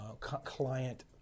client